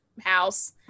house